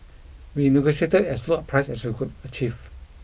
we negotiated as low a price as we could achieve